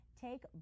take